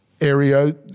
area